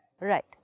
Right